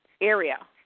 area